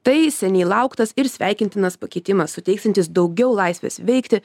tai seniai lauktas ir sveikintinas pakeitimas suteiksiantis daugiau laisvės veikti